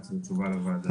ולהחזיר תשובה לוועדה.